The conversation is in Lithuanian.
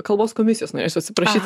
kalbos komisijos norėčiau atsiprašyt